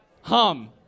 Hum